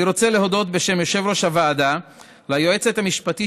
אני רוצה להודות בשם יושב-ראש הוועדה ליועצת המשפטית